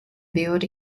built